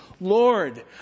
Lord